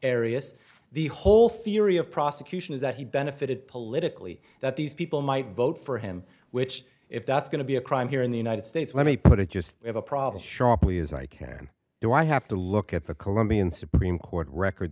arius the whole theory of prosecution is that he benefited politically that these people might vote for him which if that's going to be a crime here in the united states let me put it just have a problem sharply as i can do i have to look at the colombian supreme court record